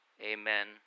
Amen